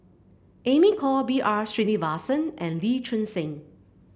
Amy Khor B R Sreenivasan and Lee Choon Seng